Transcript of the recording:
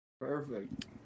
Perfect